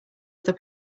other